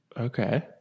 Okay